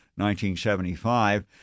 1975